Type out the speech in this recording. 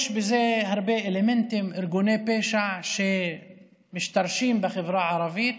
יש בזה הרבה אלמנטים: ארגוני פשע שמשתרשים בחברה הערבית